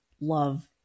love